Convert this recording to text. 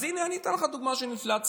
אז הינה אני אתן לך דוגמה של אינפלציה.